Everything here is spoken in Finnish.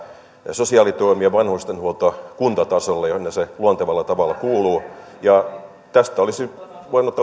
sosiaalitoimi ja vanhustenhuolto kuntatasolle jonne se luontevalla tavalla kuuluu ja tästä olisi vaikka voinut